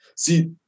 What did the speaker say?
See